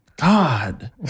God